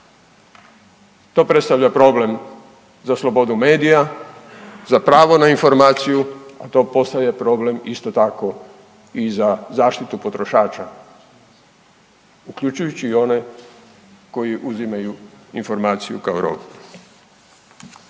To predstavlja problem za slobodu medija, za pravo na informaciju, a to postaje problem, isto tako i za zaštitu potrošača, uključujući i one koji uzimaju informaciju kao robu.